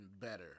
better